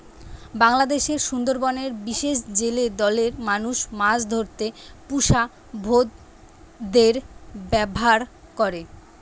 বাংলাদেশের সুন্দরবনের বিশেষ জেলে দলের মানুষ মাছ ধরতে পুষা ভোঁদড়ের ব্যাভার করে